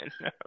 no